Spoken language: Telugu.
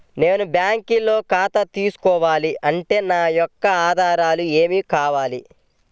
నేను బ్యాంకులో ఖాతా తీసుకోవాలి అంటే నా యొక్క ఆధారాలు ఏమి కావాలి?